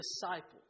disciples